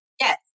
Yes